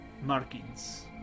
markings